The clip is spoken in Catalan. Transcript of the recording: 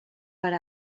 per